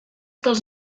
dels